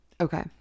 Okay